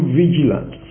vigilant